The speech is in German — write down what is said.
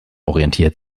orientiert